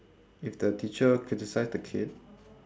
if the teacher criticise the kid